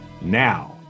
Now